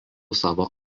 savo